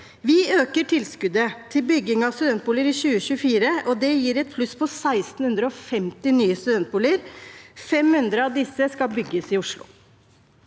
Vi øker tilskuddet til bygging av studentboliger i 2024. Det gir et pluss på 1 650 nye studentboliger. 500 av disse skal bygges i Oslo.